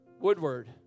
Woodward